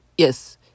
Yes